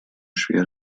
schwere